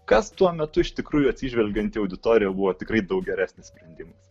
kas tuo metu iš tikrųjų atsižvelgiant į auditoriją buvo tikrai daug geresnis sprendimas